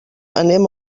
anem